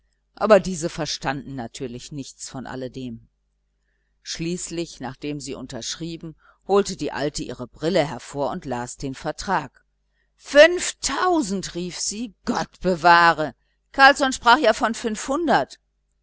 aber diese verstanden natürlich nichts von alledem schließlich nachdem sie unterschrieben holte die alte ihre brille hervor und las den vertrag fünftausend rief sie gott bewahre carlsson sprach ja von fünfhundert